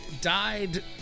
died